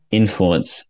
influence